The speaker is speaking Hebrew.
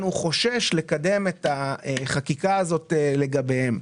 הוא חושש לקדם את החקיקה הזאת לגביהם.